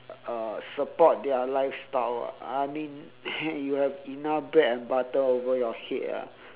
uh support their lifestyle I mean you have enough bread and butter over your head ah